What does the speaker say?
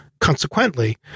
Consequently